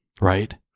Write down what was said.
Right